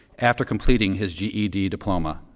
after completing his ged diploma.